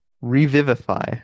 Revivify